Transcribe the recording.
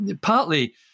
partly